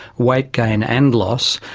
weight gain and loss,